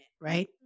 Right